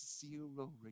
zero